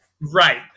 right